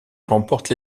remporte